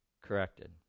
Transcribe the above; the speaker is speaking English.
corrected